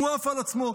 הוא עף על עצמו.